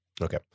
Okay